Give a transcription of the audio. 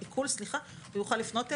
הוא יוכל לפנות אלינו.